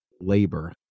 labor